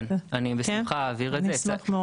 כן, אני אעביר את זה בשמחה.